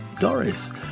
Doris